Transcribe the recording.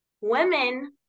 women